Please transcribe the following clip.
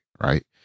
right